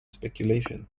speculation